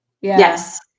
yes